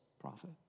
prophet